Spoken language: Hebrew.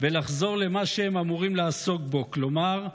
ולחזור למה שהם אמורים לעסוק בו, כלומר,